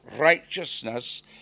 righteousness